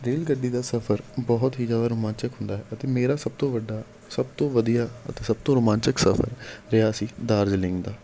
rail ਗੱਡੀ ਦਾ ਸਫ਼ਰ ਬਹੁਤ ਹੀ ਜ਼ਿਆਦਾ ਰੁਮਾਂਚਕ ਹੁੰਦਾ ਹੈ ਅਤੇ ਮੇਰਾ ਸਭ ਤੋਂ ਵੱਡਾ ਸਭ ਤੋਂ ਵਧੀਆ ਅਤੇ ਸਭ ਤੋਂ ਰੋਮਾਂਚਕ ਸਫ਼ਰ ਰਿਹਾ ਸੀ ਦਾਰਜਲਿੰਗ ਦਾ